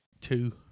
two